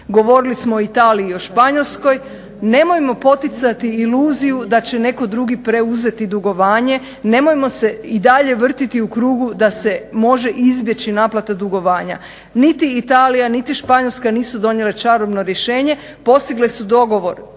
Govorili smo o Italiji i o Španjolskoj. Nemojmo poticati iluziju da će netko drugi preuzeti dugovanje, nemojmo se i dalje vrtiti u krugu da se može izbjeći naplata dugovanja. Niti Italija, niti Španjolska nisu donijele čarobno rješenje. Postigle su dogovor